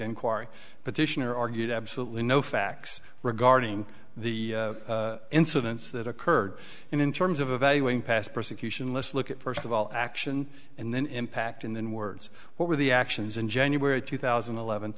inquiry petitioner argued absolutely no facts regarding the incidents that occurred in terms of evaluating past persecution list look at first of all action and then impact and then words what were the actions in january two thousand and eleven